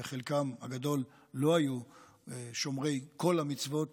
שבחלקם הגדול לא היו שומרי כל המצוות